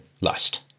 lust